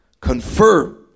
confirm